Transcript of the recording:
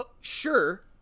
Sure